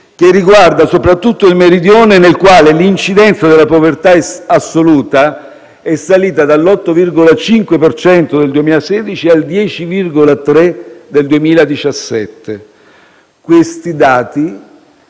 che riguarda soprattutto il Meridione, nel quale l'incidenza della povertà assoluta è salita dall'8,5 per cento del 2016 al 10,3 per cento del 2017. Questi dati